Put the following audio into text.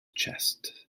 chest